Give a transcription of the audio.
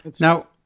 Now